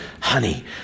honey